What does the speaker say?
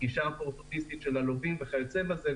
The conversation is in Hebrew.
גישה אופורטוניסטית של הלווים וכיוצא בזה,